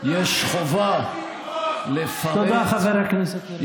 כידוע, יש חובה לפרט, תודה, חבר הכנסת יריב לוין.